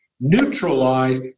neutralize